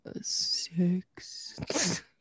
six